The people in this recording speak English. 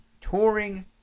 touring